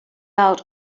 out